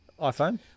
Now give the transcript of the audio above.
iPhone